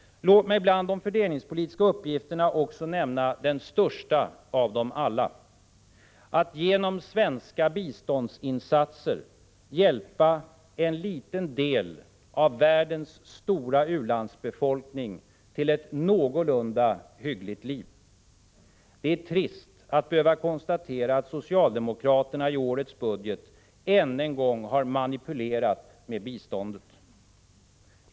Låt mig bland de fördelningspolitiska uppgifterna nämna också den största av dem alla: att genom svenska biståndsinsatser hjälpa en liten del av världens stora u-landsbefolkning till ett hyggligt liv. Det är trist att behöva konstatera att socialdemokraterna i årets budget än en gång manipulerat med biståndet.